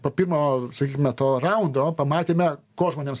po pirmo sakykime to raundo pamatėme ko žmonėms